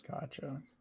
Gotcha